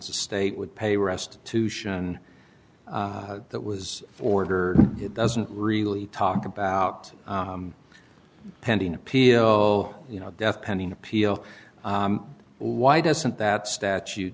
state would pay restitution that was order it doesn't really talk about pending appeal you know death pending appeal why doesn't that statu